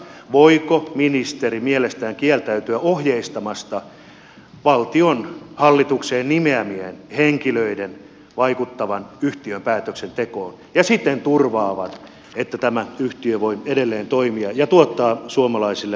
voiko ministeri mielestään kieltäytyä ohjeistamasta että valtion hallitukseen nimeämät henkilöt vaikuttavat yhtiön päätöksentekoon ja siten turvaavat että tämä yhtiö voi edelleen toimia ja tuottaa suomalaisille hyvinvointia